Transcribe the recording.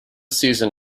season